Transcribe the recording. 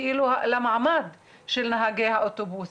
המעמד של נהגי האוטובוס.